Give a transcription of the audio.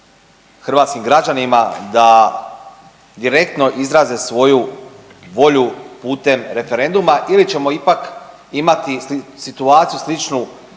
hrvatskim građanima da direktno izraze svoju volju putem referenduma ili ćemo ipak imati situaciju sličnu